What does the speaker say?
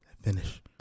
Finish